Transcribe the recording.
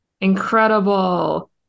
incredible